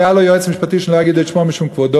והיה לו יועץ משפטי שאני לא אגיד את שמו משום כבודו,